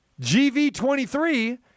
GV23